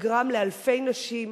הנגרם לאלפי נשים,